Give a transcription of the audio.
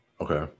Okay